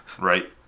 Right